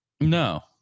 No